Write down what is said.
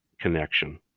connection